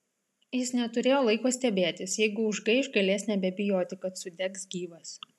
jis neturėjo laiko stebėtis jeigu užgaiš galės nebebijoti kad sudegs gyvas